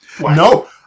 No